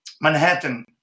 Manhattan